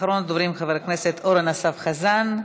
אחרון הדוברים, חבר הכנסת אורן אסף חזן,